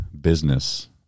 business